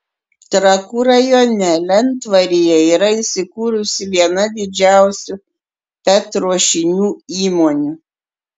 trakų rajone lentvaryje yra įsikūrusi viena didžiausių pet ruošinių įmonių